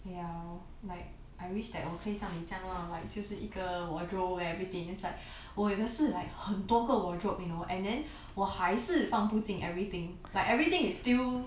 ya like I wish that 我可以像你这样 lor like 就是一个 wardrobe and everything inside 我有的是 like 很多个 wardrobe you know and then 我还是放不进 everything like everything is still